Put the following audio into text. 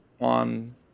on